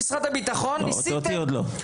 לא, אותי עוד לא.